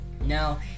No